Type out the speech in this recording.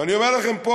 ואני אומר לכם פה,